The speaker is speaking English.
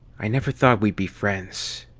i never thought we'd be friends.